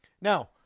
now